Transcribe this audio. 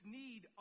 need